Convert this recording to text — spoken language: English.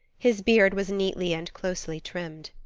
his beard was neatly and closely trimmed.